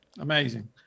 Amazing